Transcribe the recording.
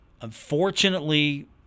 unfortunately